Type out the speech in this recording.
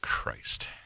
christ